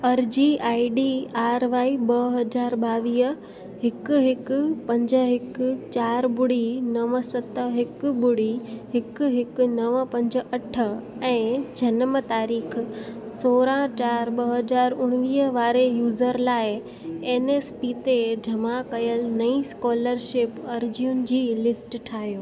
अर्जी I D R Y ॿ हज़ार ॿावीह हिकु हिकु पंज हिकु चारि ॿुड़ी नव सत हिकु ॿुड़ी हिकु हिकु नव पंज अठ ऐं जनमु तारीख़ सोरहं चारि ॿ हज़ार उणिवीह वारे यूज़र लाए एन एस पी ते जमा कयल नईं स्कोलर्शिप अर्जियुनि जी लिस्ट ठाहियो